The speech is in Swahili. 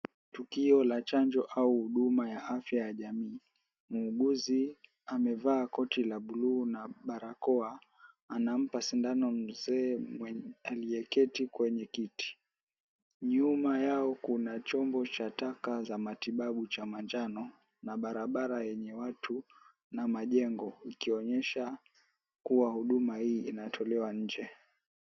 Tukio la chanjo au huduma ya afya ya jamii. Muuguzi amevaa koti la buluu na barakoa, anampa sindano mzee aliyeketi kwenye kiti. Nyuma yao, kuna chombo cha taka za matibabu cha manjano, na barabara yenye watu na majengo, ikionyesha kuwa huduma hii inatolewa nje.